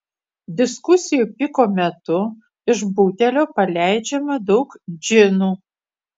diskusijų piko metu iš butelio paleidžiama daug džinų